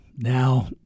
now